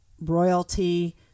royalty